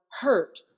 hurt